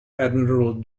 admiral